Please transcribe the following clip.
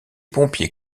pompiers